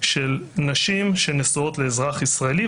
של נשים שנשואות לאזרח ישראלי,